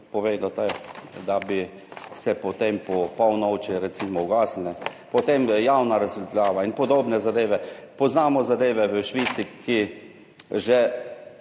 povedal, da bi se potem po polnoči recimo ugasnile, potem javna razsvetljava in podobne zadeve. Poznamo zadeve v Švici, ki ni